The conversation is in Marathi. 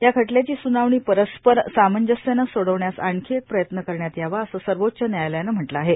या खटल्याची सुनावणी परस्पर सामंजस्यानं सोडवण्यास आणखी एक प्रयत्न करण्यात यावा असं सर्वोच्च न्यायालयानं म्हटलं आहे